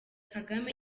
kagame